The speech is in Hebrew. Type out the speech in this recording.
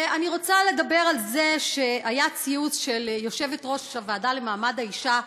ואני רוצה לדבר על הציוץ של יושבת-ראש הוועדה למעמד האישה,